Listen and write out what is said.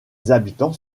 habitants